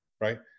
right